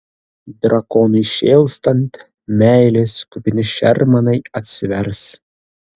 drakonui šėlstant meilės kupini šermanai atsivers